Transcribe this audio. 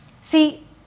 See